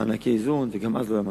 במענקי האיזון, וגם אז לא היו משכורות.